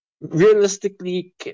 Realistically